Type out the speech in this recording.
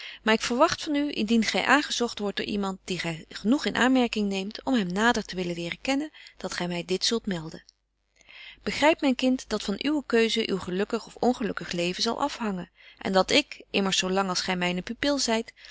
maar ik verwagt van u indien gy aangezogt wordt door iemand die gy genoeg in aanmerking neemt om hem nader te willen leren kennen dat gy my dit zult melden begryp myn kind dat van uwe keuze uw gelukkig of ongelukkig leven zal afhangen en dat ik immers zo lang als gy myne pupil zyt